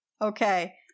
Okay